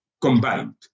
combined